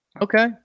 Okay